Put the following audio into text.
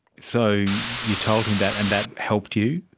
so you told him that and that helped you?